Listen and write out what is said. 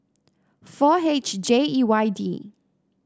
four H J E Y D